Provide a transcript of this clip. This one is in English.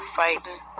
fighting